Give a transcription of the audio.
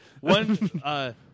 One